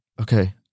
Okay